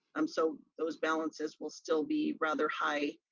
um so those balances will still be rather high,